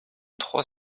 trois